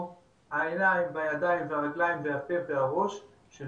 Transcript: העיניים והידיים והרגליים והפה והראש של